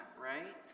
right